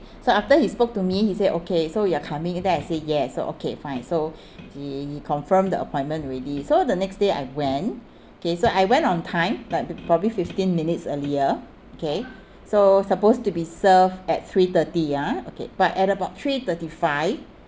so after he spoke to me he said okay so you are coming then I said yes so okay fine so he confirmed the appointment already so the next day I went okay so I went on time but probably fifteen minutes earlier okay so supposed to be served at three thirty ah okay but at about three thirty five